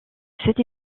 cette